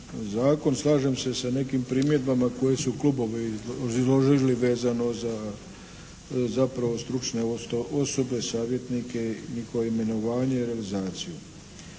Slažem se sa nekim primjedbama koje su klubovi izložili vezano za zapravo stručne osobe, savjetnike, njihovo imenovanje i realizaciju.